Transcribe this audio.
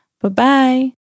Bye-bye